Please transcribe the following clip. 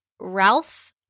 Ralph